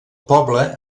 poble